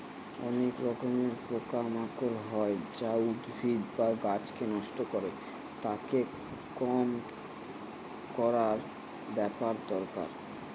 অনেক রকমের পোকা মাকড় হয় যা উদ্ভিদ বা গাছকে নষ্ট করে, তাকে কম করার ব্যাপার দরকার